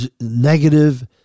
negative